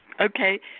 okay